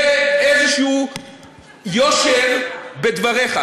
יהיה איזה יושר בדבריך.